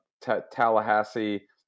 Tallahassee